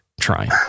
trying